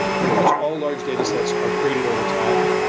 pretty much all large data sets are created over time.